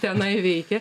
tenai veikia